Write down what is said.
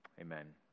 Amen